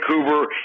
Vancouver